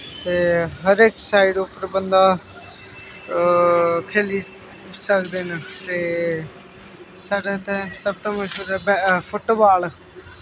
ते हर इक साइड उप्पर बंदा खेली सकदे न ते साढ़े इत्थै सबतो मश्हूर ऐ फुटबाल